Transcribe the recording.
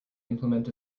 implement